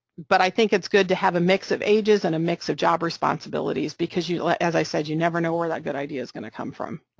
but i think it's good to have a mix of ages and a mix of job responsibilities, because, you know, as i said, you never know where that good idea is going to come from.